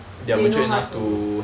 they know how to